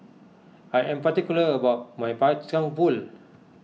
I am particular about my Kacang Pool